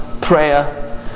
prayer